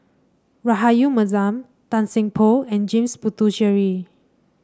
Rahayu Mahzam Tan Seng Poh and James Puthucheary